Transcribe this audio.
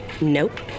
Nope